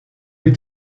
est